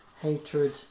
Hatred